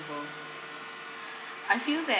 ~ble I feel that